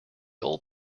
old